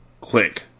Click